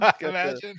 Imagine